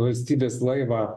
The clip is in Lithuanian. valstybės laivą